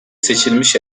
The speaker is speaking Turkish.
seçilmiş